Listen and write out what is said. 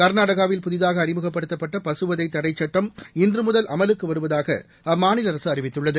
கர்நாடகாவில் புதிதாக அறிமுகப்படுத்தப்பட்ட பசுவதை தடை சட்டம் இன்று முதல் அமலுக்கு வருவதாக அம்மாநில அரசு அறிவித்துள்ளது